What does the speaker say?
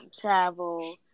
travel